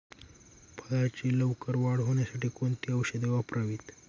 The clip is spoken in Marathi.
फळाची लवकर वाढ होण्यासाठी कोणती औषधे वापरावीत?